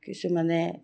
কিছুমানে